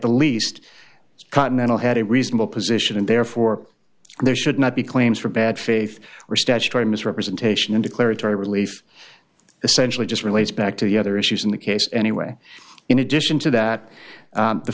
the least continental had a reasonable position and therefore there should not be claims for bad faith or statutory misrepresentation declaratory relief essentially just relates back to the other issues in the case anyway in addition to that